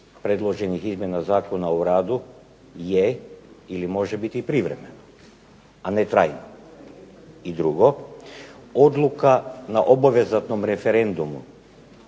predloženih izmjena Zakona o radu je i može biti privremeno, a ne trajno. I drugo, odluka na obvezatnom referendumu,